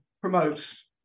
promotes